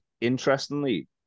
Interestingly